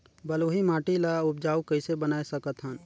बलुही माटी ल उपजाऊ कइसे बनाय सकत हन?